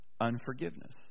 Unforgiveness